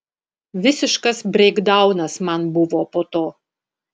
visiškas breikdaunas man buvo po to